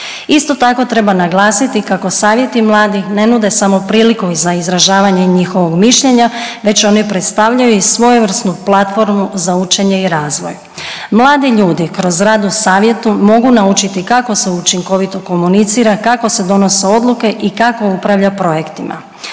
Isto tako, treba naglasiti kako savjeti mladih ne nude samo priliku za izražavanje njihovog mišljenja, već oni predstavljaju i svojevrsnu platformu za učenje i razvoj. Mladi ljudi kroz rad u savjetu mogu naučiti kako se učinkovito komunicira, kako se donose odluke i kako upravlja projektima.